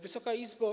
Wysoka Izbo!